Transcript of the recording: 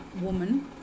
woman